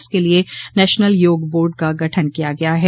इसके लिए national yoga board का गठन किया गया है